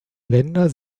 länder